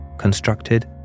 constructed